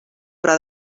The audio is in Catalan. però